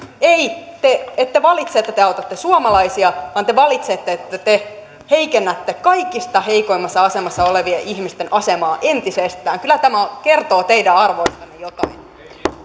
ette valitse että te autatte suomalaisia vaan te valitsette että te heikennätte kaikista heikoimmassa asemassa olevien ihmisten asemaa entisestään kyllä tämä kertoo teidän arvoistanne